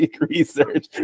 research